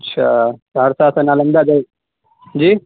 اچھا سہرسہ سے نالندہ جی